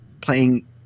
playing